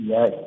Yes